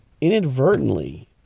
inadvertently